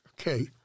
Okay